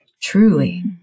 Truly